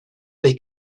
they